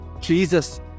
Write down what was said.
Jesus